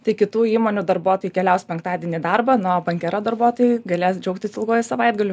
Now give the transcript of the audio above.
tai kitų įmonių darbuotojai keliaus penktadienį į darbą na o bankera darbuotojai galės džiaugtis ilguoju savaitgaliu